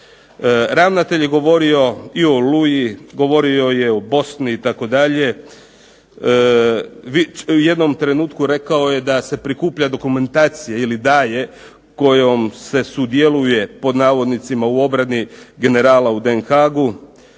Ravnatelj je govorio i o "Oluji", govori je o Bosni itd. U jednom trenutku rekao je da se prikuplja dokumentacija ili daje kojom se sudjeluje pod navodnicima u obrani generala u Den Haagu.